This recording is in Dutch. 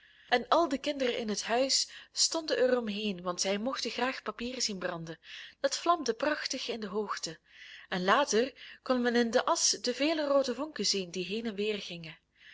en al de kinderen in het huis stonden er om heen want zij mochten graag papier zien branden dat vlamde prachtig in de hoogte en later kon men in de asch de vele roode vonken zien die heen en weer gingen